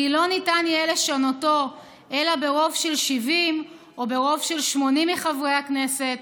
כי לא ניתן יהיה לשנותו אלא ברוב של 70 או ברוב של 80 מחברי הכנסת,